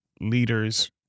leaders